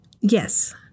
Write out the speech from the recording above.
yes